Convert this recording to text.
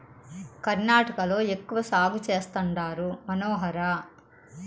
కర్ణాటకలో ఎక్కువ సాగు చేస్తండారు మనోహర